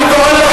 אני שואל אותך